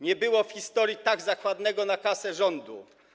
Nie było w historii tak zachłannego na kasę rządu.